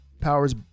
Powers